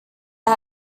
las